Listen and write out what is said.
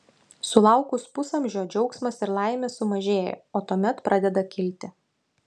sulaukus pusamžio džiaugsmas ir laimė sumažėja o tuomet pradeda kilti